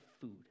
food